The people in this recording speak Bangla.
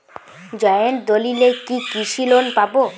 জয়েন্ট দলিলে কি কৃষি লোন পাব?